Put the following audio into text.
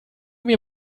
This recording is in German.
mir